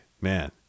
Man